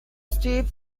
steep